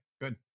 good